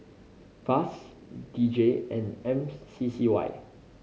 FAS D J and M C C Y